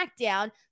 SmackDown